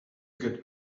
get